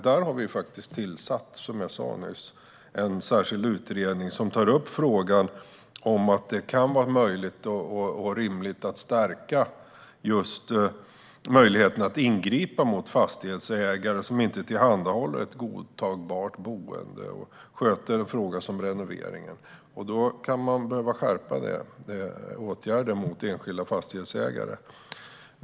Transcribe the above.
Vi har faktiskt tillsatt, som jag nyss sa, en särskild utredning som tar upp frågan om att det kan vara rimligt att stärka just möjligheten att ingripa mot fastighetsägare som inte tillhandahåller ett godtagbart boende och sköter renoveringen. Man kan behöva skärpa det. Det handlar om åtgärder mot enskilda fastighetsägare.